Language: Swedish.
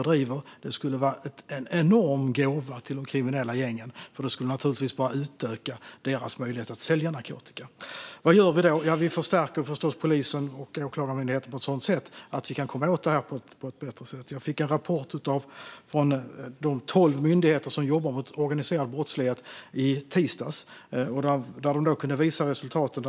Det skulle vara en enorm gåva till de kriminella gängen, för det skulle naturligtvis bara utöka deras möjlighet att sälja narkotika. Vad gör vi då? Ja, vi förstärker förstås polisen och Åklagarmyndigheten så att vi kan komma åt det här på ett bättre sätt. Jag fick en rapport från de tolv myndigheter som jobbar mot organiserad brottslighet i tisdags. De kunde visa resultaten.